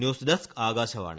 news desk Akashvani